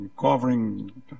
covering